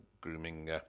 grooming